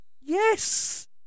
Yes